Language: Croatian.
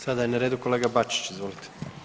Sada je na redu kolega Bačić, izvolite.